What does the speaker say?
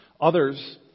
Others